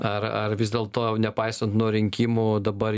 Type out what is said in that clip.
ar ar vis dėlto nepaisant nuo rinkimų dabar